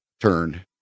turn